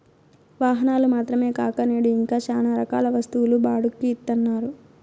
వాహనాలు మాత్రమే కాక నేడు ఇంకా శ్యానా రకాల వస్తువులు బాడుక్కి ఇత్తన్నారు